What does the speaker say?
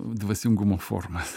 dvasingumo formas